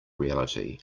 reality